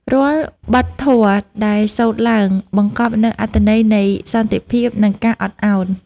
រាល់បទធម៌ដែលសូត្រឡើង បង្កប់នូវអត្ថន័យនៃសន្តិភាព និងការអត់ឱន។